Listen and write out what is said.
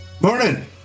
Morning